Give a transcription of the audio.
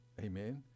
Amen